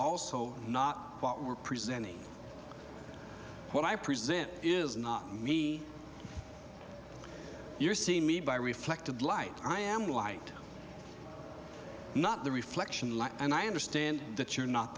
also not what we're presenting what i present is not me you're seeing me by reflected light i am light not the reflection light and i understand that you're not